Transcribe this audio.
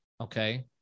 okay